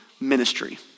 ministry